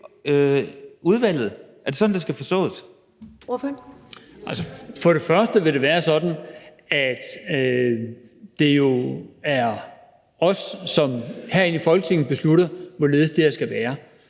Kl. 14:51 Kristian Jensen (V): For det første vil det være sådan, at det jo er os herinde i Folketinget, som beslutter, hvorledes det her skal være,